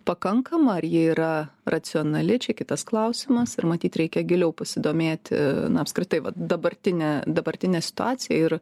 pakankama ar ji yra racionali čia kitas klausimas ir matyt reikia giliau pasidomėti na apskritai vat dabartinė dabartinė situacija ir